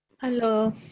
Hello